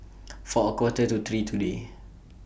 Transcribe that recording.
For A Quarter to three today